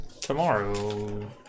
tomorrow